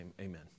amen